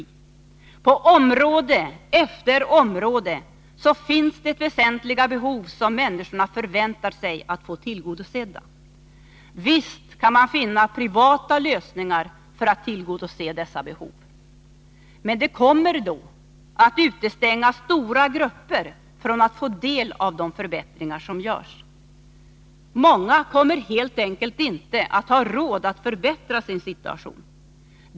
På område efter område finns det väsentliga behov som människorna förväntar sig att få tillgodosedda. Visst kan man finna privata lösningar för att tillgodose dessa behov. Men de kommer då att utestänga stora grupper från att få del av de förbättringar som görs. Många kommer helt enkelt inte att ha råd att förbättra sin situation.